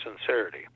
sincerity